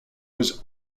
was